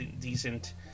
decent